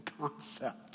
concept